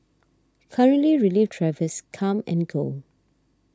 currently relief drivers come and go